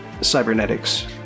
cybernetics